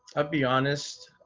ah be honest.